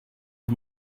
and